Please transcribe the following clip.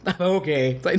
okay